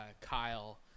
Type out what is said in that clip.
Kyle